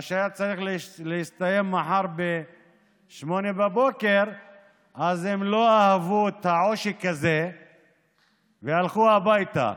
מה שהיה צריך להסתיים מחר ב-08:00 הם לא אהבו את העושק הזה והלכו הביתה,